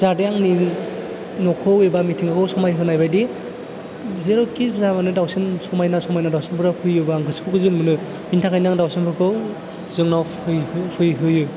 जाहाते आंनि न'खौ एबा मिथिंगाखौ समायहोनाय बायदि जेरावखि जायामानो दावसिन समायना समायना दावसिनफोरा फैयोबा आं गोसोखौ गोजोन मोनो बेनि थाखायनो आं दावसिनफोरखौ जोंनाव फैहोयो